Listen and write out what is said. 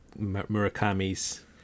Murakami's